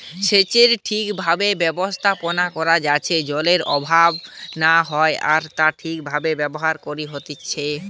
সেচের ঠিক ভাবে ব্যবস্থাপনা করা যাইতে জলের অভাব না হয় আর তা ঠিক ভাবে ব্যবহার করা হতিছে